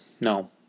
No